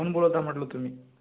कोण बोलत आहे म्हटलं तुम्ही